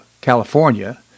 California